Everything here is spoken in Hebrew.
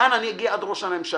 כאן אגיע עד ראש הממשלה.